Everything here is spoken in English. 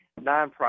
nonprofit